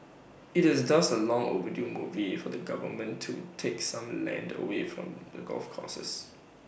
IT is thus A long overdue movie for the government to take some land away from the golf courses